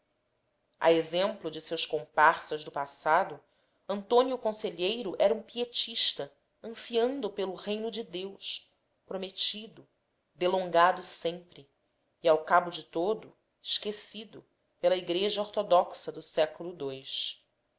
a exemplo de seus comparsas do passado antônio conselheiro era um pietista ansiando pelo reino de deus prometido delongado sempre e ao cabo de todo esquecido pela igreja ortodoxa do século